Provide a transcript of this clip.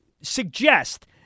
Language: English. suggest